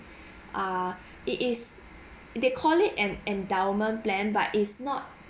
ah it is they call it an endowment plan but it's not